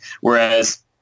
whereas